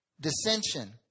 Dissension